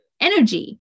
energy